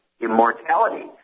immortality